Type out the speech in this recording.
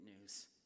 news